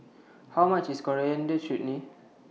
How much IS Coriander Chutney